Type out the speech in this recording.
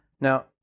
Now